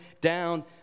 down